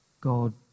God